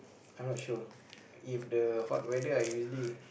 I not sure if the hot weather I usually